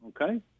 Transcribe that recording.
okay